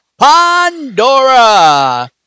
Pandora